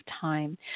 time